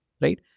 right